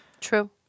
True